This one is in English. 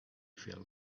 fell